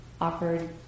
offered